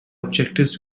objectives